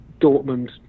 Dortmund